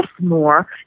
more